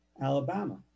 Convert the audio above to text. Alabama